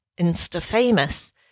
Insta-famous